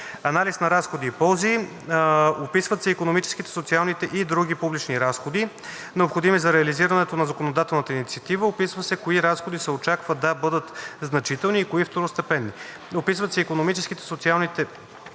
Анализ на разходи и ползи. Описват се икономическите, социалните и другите публични разходи, необходими за реализирането на законодателната инициатива. Описва се кои разходи се очаква да бъдат значителни и кои второстепенни. Описват се икономическите, социалните